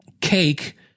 Cake